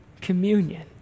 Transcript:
Communion